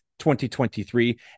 2023